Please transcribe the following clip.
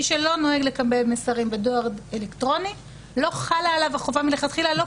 מי שלא נוהג לקבל מסרים בדואר אלקטרוני לא חלה עליו החובה מלכתחילה.